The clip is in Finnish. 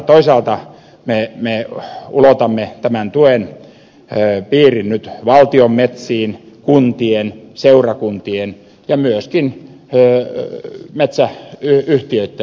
toisaalta me ulotamme tämän tuen piirin nyt valtion metsiin kuntien seurakuntien ja myöskin metsäyhtiöitten metsiin